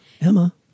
Emma